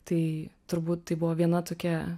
tai turbūt tai buvo viena tokia